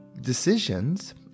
decisions